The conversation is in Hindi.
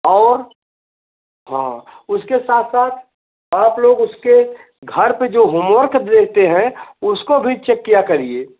और हाँ उसके साथ साथ आप लोग उसके घर पर जो होमवर्क देते हैं उसको भी चेक किया करिए